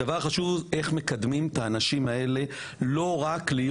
הדבר החשוב הוא איך מקדמים את האנשים האלו לא רק להיות